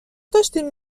داشتین